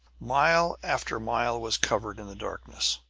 mile after mile was covered in the darkness.